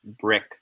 brick